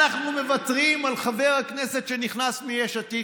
אנחנו מוותרים על חבר הכנסת שנכנס מיש עתיד,